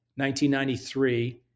1993